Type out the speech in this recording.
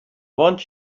want